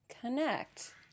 connect